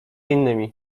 innymi